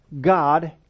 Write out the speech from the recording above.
God